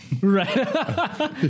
Right